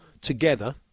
together